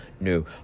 new